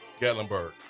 Gatlinburg